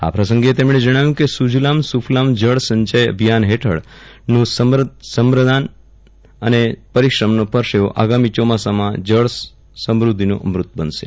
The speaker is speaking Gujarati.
આ પ્રસંગે તેમણે જણાવ્યું હતું કે સુજલામ સુકલામ જળ સંચય અભિયાન હેઠળનું શ્રમદાન અને પરિશ્રમનો પરસેવો આગામી ચોમાસામાં જળ સમૃધ્ધિનું અમૃત બનશે